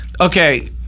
Okay